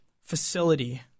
facility